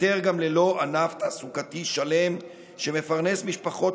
ניוותר גם ללא ענף תעסוקתי שלם שמפרנס משפחות